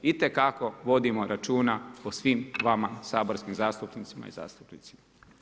Itekako vodimo računa o svim vama saborskim zastupnicama i zastupnicima.